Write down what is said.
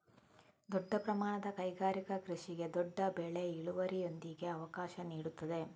ದೊಡ್ಡ ಪ್ರಮಾಣದ ಕೈಗಾರಿಕಾ ಕೃಷಿಗೆ ದೊಡ್ಡ ಬೆಳೆ ಇಳುವರಿಯೊಂದಿಗೆ ಅವಕಾಶ ನೀಡುತ್ತದೆ